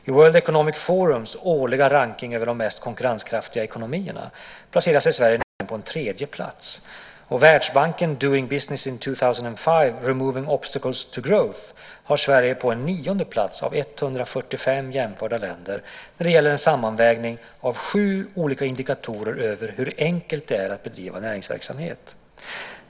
I World Economic Forums årliga rankning över de mest konkurrenskraftiga ekonomierna placerar sig Sverige nämligen på en tredje plats och Världsbankens Doing Business in 2005 - Removing Obstacles to Growth har Sverige på en nionde plats av 145 jämförda länder när det gäller en sammanvägning av sju olika indikatorer över hur enkelt det är att bedriva näringsverksamhet.